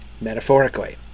metaphorically